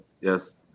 yes